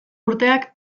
urteak